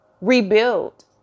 Rebuild